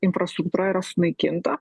infrastruktūra yra sunaikinta